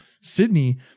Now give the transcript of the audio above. Sydney